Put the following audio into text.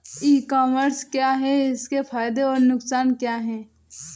ई commerce क्या है इसके फायदे और नुकसान क्या है?